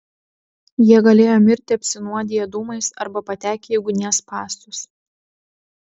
jie galėjo mirti apsinuodiję dūmais arba patekę į ugnies spąstus